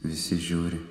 visi žiūri